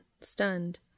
stunned